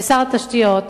לשר התשתיות,